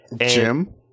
Jim